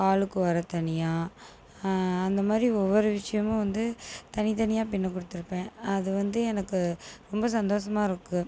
காலுக்கு உரை தனியா அந்தமாதிரி ஒவ்வொரு விஷயமும் வந்து தனித்தனியா பின்னி கொடுத்திருப்பேன் அது வந்து எனக்கு ரொம்ப சந்தோசமாக இருக்குது